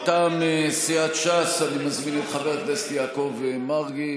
מטעם סיעת ש"ס אני מזמין את חבר הכנסת יעקב מרגי.